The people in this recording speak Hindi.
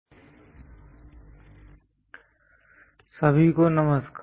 lecture 05 introduction to engineering drawing V सभी को नमस्कार